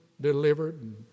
delivered